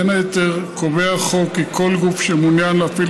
בין היתר קובע החוק כי כל גוף שמעוניין להפעיל